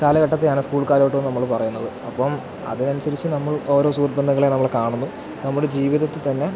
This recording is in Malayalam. കാലഘട്ടത്തെയാണ് സ്കൂൾ കാലഘട്ടം നമ്മള് പറയുന്നത് അപ്പോള് അതിനനുസരിച്ച് നമ്മൾ ഓരോ സുഹൃദ് ബന്ധങ്ങളെ നമ്മള് കാണുന്നു നമ്മുടെ ജീവിതത്തില് തന്നെ